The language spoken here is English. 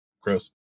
Gross